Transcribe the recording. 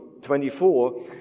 24